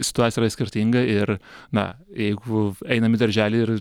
situacija yra skirtinga ir na jeigu einam į darželį ir